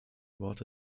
worte